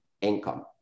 income